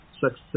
Success